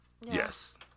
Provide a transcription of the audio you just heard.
Yes